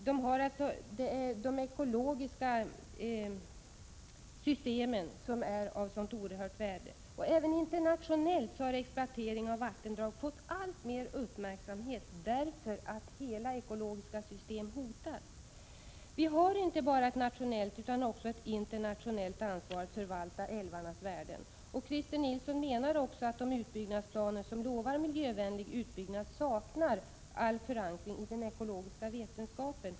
De ekologiska systemen är av oerhört värde. Även internatio nellt har exploatering av vattendrag fått alltmer uppmärksamhet, därför att ekologiska system hotas. Vi har inte bara ett nationellt utan också ett internationellt ansvar att förvalta älvarnas värden. Christer Nilsson menar också att de utbyggnadsplaner som lovar miljövänlig utbyggnad saknar all förankring i den ekologiska vetenskapen.